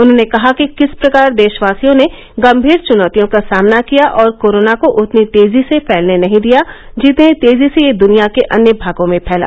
उन्होंने कहा कि किस प्रकार देशवासियों ने गंभीर चुनौतियों का सामना किया और कोरोना को उतनी तेजी र्स फैलने नहीं दिया जितनी तेजी से यह दुनिया के अन्य भागों में फैला